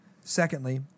Secondly